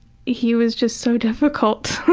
he was just so difficult.